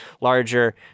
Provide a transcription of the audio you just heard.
larger